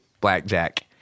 blackjack